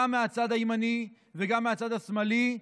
גם מהצד הימני וגם מהצד השמאלי,